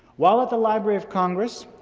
while at the library of congress,